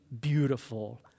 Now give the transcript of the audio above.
beautiful